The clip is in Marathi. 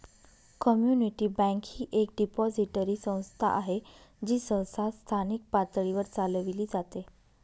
कम्युनिटी बँक ही एक डिपॉझिटरी संस्था आहे जी सहसा स्थानिक पातळीवर चालविली जाते